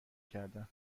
کردن